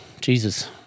Jesus